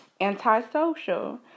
antisocial